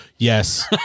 Yes